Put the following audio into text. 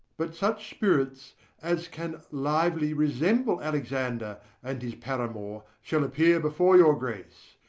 but such spirits as can lively resemble alexander and his paramour shall appear before your grace,